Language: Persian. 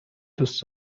دوست